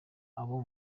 abo